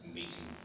meeting